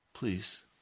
Please